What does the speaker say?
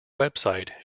website